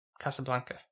Casablanca